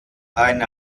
eine